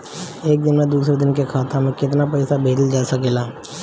एक दिन में दूसर दूसर खाता में केतना पईसा भेजल जा सेकला?